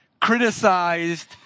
criticized